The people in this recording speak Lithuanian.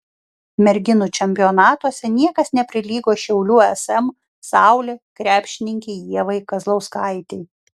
merginų čempionatuose niekas neprilygo šiaulių sm saulė krepšininkei ievai kazlauskaitei